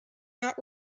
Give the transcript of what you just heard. not